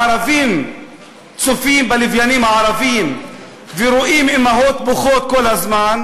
הערבים צופים בלוויינים הערביים ורואים אימהות בוכות כל הזמן,